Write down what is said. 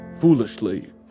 foolishly